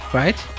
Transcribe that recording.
right